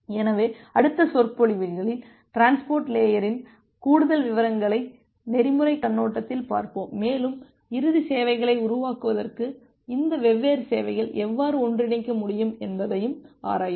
எனவே அடுத்த சொற்பொழிவுகளில் டிரான்ஸ்போர்ட் லேயரின் கூடுதல் விவரங்களை நெறிமுறை கண்ணோட்டத்தில் பார்ப்போம் மேலும் இறுதி சேவைகளை உருவாக்குவதற்கு இந்த வெவ்வேறு சேவைகளை எவ்வாறு ஒன்றிணைக்க முடியும் என்பதையும் ஆராய்வோம்